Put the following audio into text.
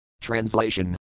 Translation